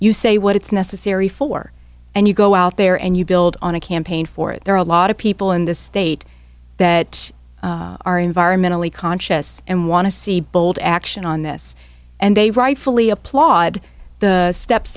you say what it's necessary for and you go out there and you build on a campaign for it there are a lot of people in this state that are environmentally conscious and want to see bold action on this and they rightfully applaud the steps